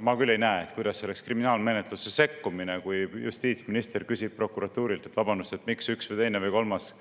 ma küll ei näe, kuidas see oleks kriminaalmenetlusse sekkumine, kui justiitsminister küsib prokuratuurilt, et vabandust, miks üks või teine või kolmas